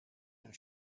naar